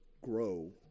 grow